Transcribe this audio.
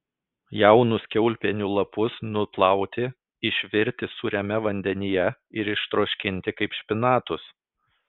jaunus kiaulpienių lapus nuplauti išvirti sūriame vandenyje ir ištroškinti kaip špinatus